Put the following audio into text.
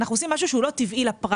אנחנו עושים משהו שהוא לא טבעי לפרקטיקה.